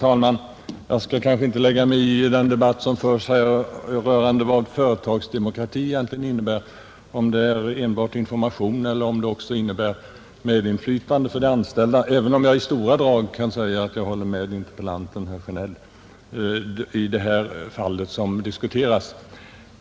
Herr talman! Jag skall inte lägga mig i den debatt som förs rörande vad företagsdemokrati verkligen innebär — enbart information eller medinflytande för de anställda — även om jag i stora drag håller med interpellanten, herr Sjönell, i det fall som diskuteras.